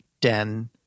den